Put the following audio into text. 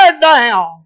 down